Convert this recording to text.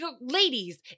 Ladies